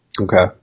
Okay